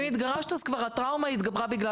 אם כבר התגרשת אז גם הטראומה התגברה בגלל